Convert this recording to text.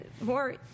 more